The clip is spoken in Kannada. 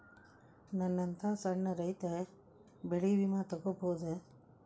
ನನ್ನಂತಾ ಸಣ್ಣ ರೈತ ಬೆಳಿ ವಿಮೆ ತೊಗೊಬೋದ?